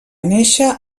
néixer